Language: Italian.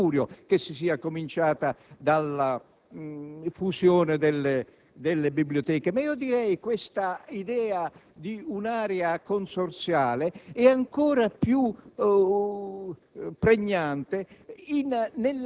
l'apporto della biblioteca. Quindi, è un augurio che si sia cominciato dalla fusione delle biblioteche. Questa idea di un'area consorziale è ancora più